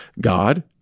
God